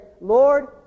Lord